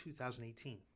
2018